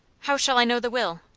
how shall i know the will?